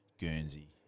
Guernsey